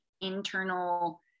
internal